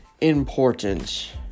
important